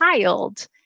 child